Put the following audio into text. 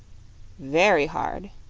very hard,